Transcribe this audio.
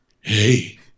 Hey